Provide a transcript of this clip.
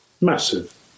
Massive